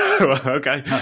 okay